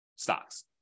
stocks